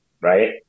Right